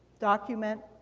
document